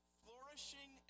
flourishing